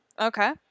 Okay